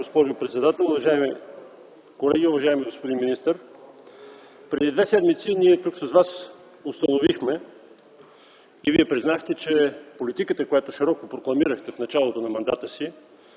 госпожо председател, уважаеми колеги! Уважаеми господин министър, преди две седмици ние тук с Вас установихме и Вие признахте, че политиката, която широко прокламирахте в началото на мандата си